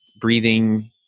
breathing